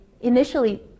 initially